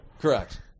Correct